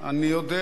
אני יודע,